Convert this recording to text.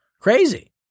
crazy